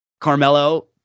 Carmelo